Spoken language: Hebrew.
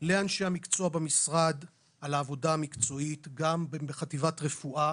לאנשי המקצוע במשרד על העבודה המקצועית גם בחטיבת רפואה